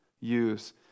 use